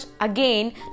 again